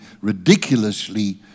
ridiculously